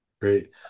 Great